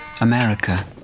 America